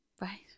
Right